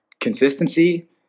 consistency